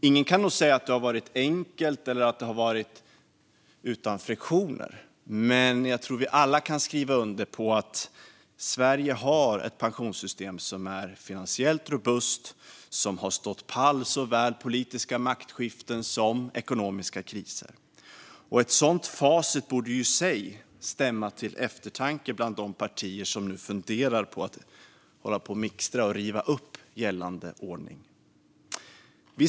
Ingen kan säga att det har varit enkelt eller utan friktioner, men jag tror att vi alla kan skriva under på att Sverige har ett pensionssystem som är finansiellt robust, som har stått pall för såväl politiska maktskiften som ekonomiska kriser. Ett sådant facit borde i sig stämma till eftertanke bland de partier som nu funderar över att mixtra och riva upp gällande ordning.